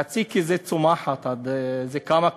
חצי, כי זו חטיבה צומחת, זה כמה כיתות.